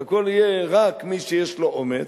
שהכול יהיה רק למי שיש לו אומץ,